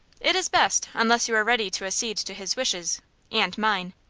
it is best, unless you are ready to accede to his wishes and mine.